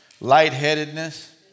lightheadedness